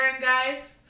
guys